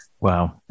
Wow